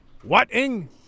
What-ing